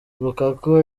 lukaku